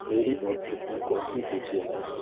मेरी नोटबुक में कौनसी सूचियाँ हैं